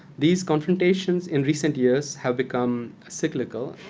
these confrontations, in recent years, have become cyclical,